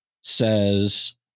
says